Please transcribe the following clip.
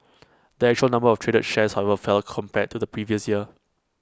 the actual number of traded shares however fell compared to the previous year